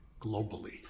globally